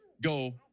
go